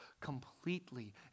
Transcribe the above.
completely